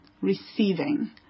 receiving